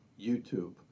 youtube